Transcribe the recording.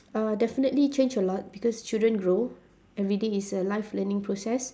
uh definitely change a lot because children grow every day is a life learning process